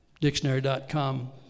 dictionary.com